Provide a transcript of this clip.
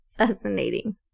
fascinating